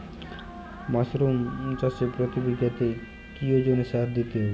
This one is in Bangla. মাসরুম চাষে প্রতি বিঘাতে কি ওজনে সার দিতে হবে?